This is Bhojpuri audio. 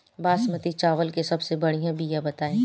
बासमती चावल के सबसे बढ़िया बिया बताई?